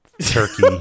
turkey